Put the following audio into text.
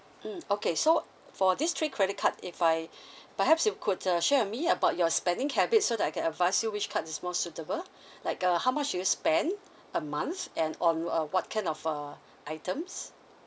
mm okay so for these three credit card if I perhaps you could uh share with me about your spending habits so that I can advise you which card is more suitable like uh how much do you spend a month and on uh what kind of uh items